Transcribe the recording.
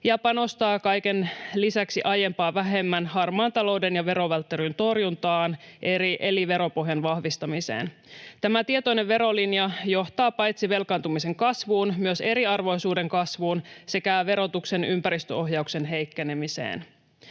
ja panostaa kaiken lisäksi aiempaa vähemmän harmaan talouden ja verovälttelyn torjuntaan eli veropohjan vahvistamiseen. Tämä tietoinen verolinja johtaa paitsi velkaantumisen kasvuun myös eriarvoisuuden kasvuun sekä verotuksen ympäristöohjauksen heikkenemiseen.